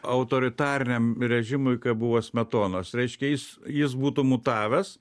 autoritariniam režimui kaip buvo smetonos reiškia jis jis būtų mutavęs